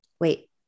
wait